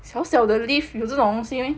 小小的 leave 有这种东西 meh